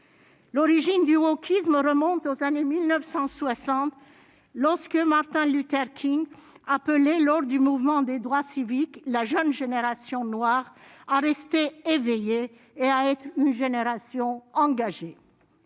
l'origine du wokisme remonte aux années 1960 lorsque Martin Luther King, appelé lors du mouvement des droits civiques, la jeune génération noir à rester éveillé et à être une génération engagée